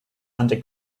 under